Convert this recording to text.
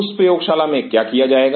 उस प्रयोगशाला में क्या किया जाएगा